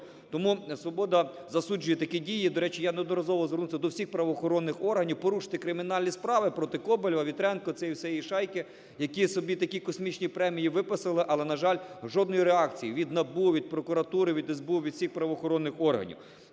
Тому "Свобода" засуджує такі дії. І, до речі, я неодноразово звертався до всіх правоохоронних органів порушити кримінальні справи проти Коболєва, Вітренка, цієї всієї шайки, які собі такі космічні премії виписали, але, на жаль, жодної реакції від НАБУ, від прокуратури, від СБУ, від всіх правоохоронних органів.